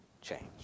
change